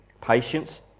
patience